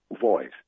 voice